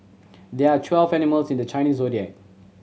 there are twelve animals in the Chinese Zodiac